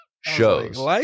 shows